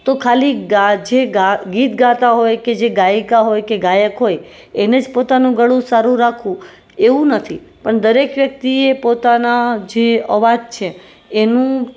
તો ખાલી ગા જે ગા ગીત ગાતા હોય કે જે ગાયિકા હોય કે જે ગાયક હોય એને જ પોતાનું ગળું સારું રાખવું એવું નથી પણ દરેક વ્યક્તિએ પોતાના જે અવાજ છે એનું